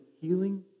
healing